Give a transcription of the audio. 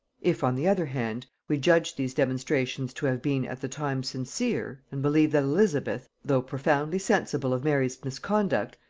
if, on the other hand, we judge these demonstrations to have been at the time sincere, and believe that elizabeth, though profoundly sensible of mary's misconduct,